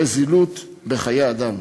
וזילות, בחיי אדם.